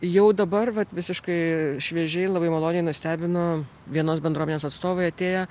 jau dabar vat visiškai šviežiai labai maloniai nustebino vienos bendruomenės atstovai atėję